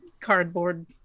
cardboard